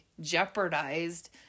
jeopardized